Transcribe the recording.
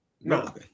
No